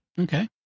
Okay